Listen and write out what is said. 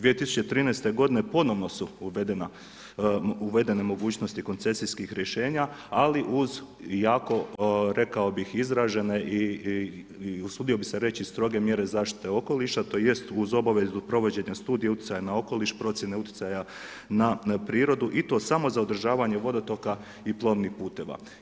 2013. godine ponovno su uvedene mogućnosti koncesijski rješenja, ali uz jako, rekao bih, izražene i usudio bih se reći, stroge mjere zaštite okoliša, tj. uz obavezu provođenja studija utjecaja na okoliš, procjene utjecaja na prirodu i to samo za održavanje vodotoka i plovnih puteva.